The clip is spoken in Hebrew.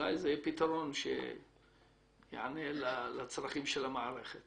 אולי זה יהיה פתרון שיענה לצרכים של המערכת